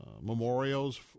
memorials